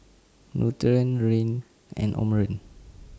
Nutren Rene and Omron